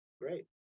great